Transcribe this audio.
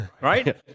right